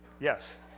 Yes